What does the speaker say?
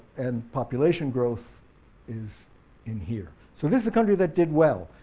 and population growth is in here. so this is a country that did well,